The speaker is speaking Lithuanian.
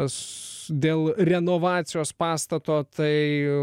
dėl renovacijos pastato tai